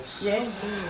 Yes